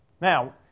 Now